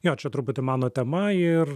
jo čia truputį mano tema ir